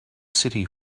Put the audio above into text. city